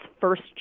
first